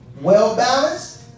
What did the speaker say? well-balanced